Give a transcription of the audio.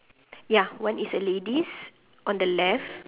ya one is a lady's on the left